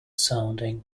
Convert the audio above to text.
sounding